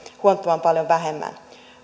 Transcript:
huomattavan paljon vähemmän